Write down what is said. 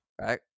right